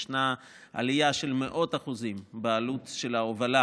יש עלייה של מאות אחוזים בעלות של ההובלה